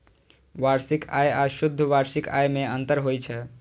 वार्षिक आय आ शुद्ध वार्षिक आय मे अंतर होइ छै